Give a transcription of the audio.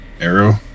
arrow